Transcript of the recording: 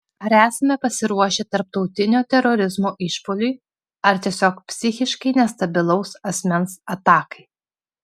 ar esame pasiruošę tarptautinio terorizmo išpuoliui ar tiesiog psichiškai nestabilaus asmens atakai